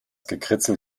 gekritzel